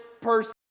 person